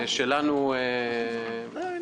הרב גפני,